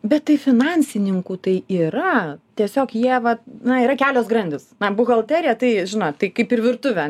bet tai finansininkų tai yra tiesiog jie va na yra kelios grandys na buhalterija tai žinot tai kaip ir virtuvė